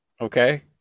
okay